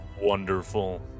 wonderful